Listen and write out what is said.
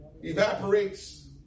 evaporates